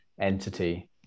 entity